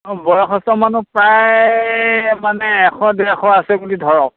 অঁ বয়সস্থ মানুহ প্ৰায় মানে এশ ডেৰশ আছে বুলি ধৰক